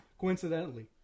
Coincidentally